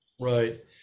Right